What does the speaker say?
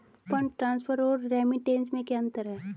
Fund transfer और remittance में क्या अंतर है?